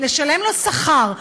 לשלם לו שכר,